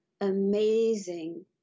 amazing